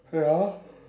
ya